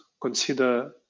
consider